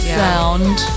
sound